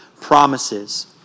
promises